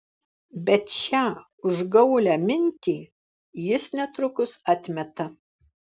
bet šią užgaulią mintį jis netrukus atmeta